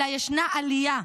אלא ישנה עלייה.